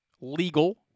legal